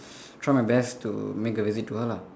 try my best to make the visit to her lah